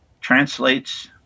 translates